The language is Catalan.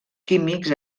químics